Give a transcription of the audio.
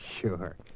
Sure